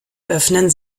öffnen